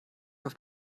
auf